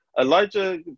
Elijah